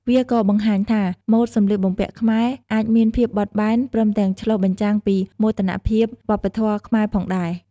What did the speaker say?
វាក៏៏បង្ហាញថា ម៉ូដសម្លៀកបំពាក់ខ្មែរអាចមានភាពបត់បែន ព្រមទាំងឆ្លុះបញ្ចាំងពីមោទនភាពវប្បធម៌ខ្មែរផងដែរ។